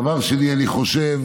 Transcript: דבר שני, אני חושב